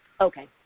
Okay